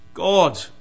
God